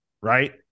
right